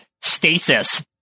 stasis